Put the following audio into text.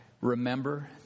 remember